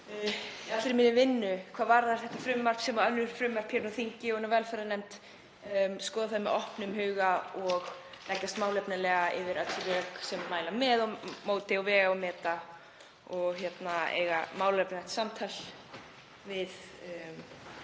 allri vinnu hvað varðar þetta frumvarp sem og önnur frumvörp hér á þingi og í velferðarnefnd skoða það með opnum huga og fara málefnalega yfir öll rök sem mæla með og móti og vega og meta og eiga málefnalegt samtal við